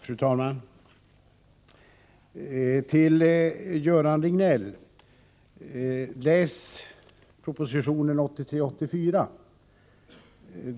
Fru talman! Till Göran Riegnell: Läs propositionen från 1983/84!